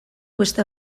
beste